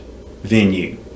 venue